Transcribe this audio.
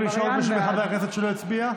(קוראת בשם חברת הכנסת) גלית דיסטל אטבריאן,